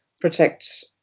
protect